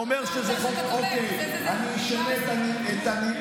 אני אומר שזה חוק, אוקיי, אני אשנה את המינוח.